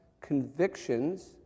convictions